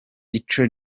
ico